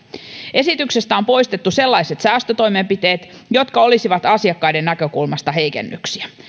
esityksestä on poistettu sellaiset säästötoimenpiteet jotka olisivat asiakkaiden näkökulmasta heikennyksiä